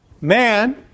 man